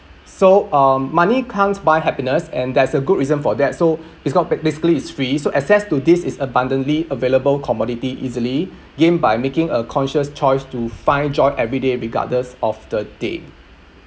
so um money can't buy happiness and there's a good reason for that so because basically it's free so access to this is abundantly available commodity easily gain by making a conscious choice to find joy every day regardless of the day